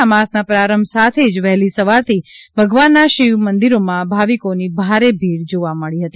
આ માસના પ્રારંભ સાથે જ વહેલી સવારથી ભગવાનના શિવ મંદિરોમાં ભાવિકોની ભારે ભીડ જોવા મળી હતી